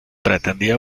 pretendía